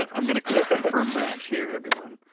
and i'm gonna click confirm match here everyone.